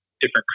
different